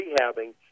rehabbing